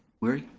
wery?